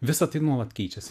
visa tai nuolat keičiasi